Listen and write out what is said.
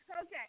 okay